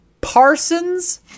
Parsons